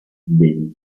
beni